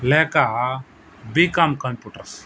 లేక BCom computers